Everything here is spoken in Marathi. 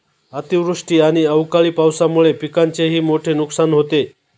अतिवृष्टी आणि अवकाळी पावसामुळे पिकांचेही मोठे नुकसान होते